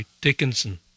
Dickinson